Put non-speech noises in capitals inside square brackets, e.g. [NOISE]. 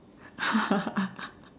[LAUGHS]